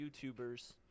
YouTubers